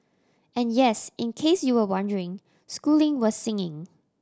and yes in case you were wondering schooling was singing